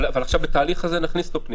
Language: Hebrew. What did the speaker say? אבל עכשיו, בתהליך הזה, נכניס אותו פנימה?